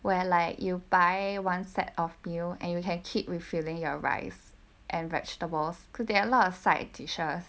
where like you buy one set of meal and you can keep refilling your rice and vegetables cause they have a lot of side dishes